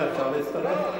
אולי אפשר להצטרף?